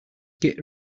git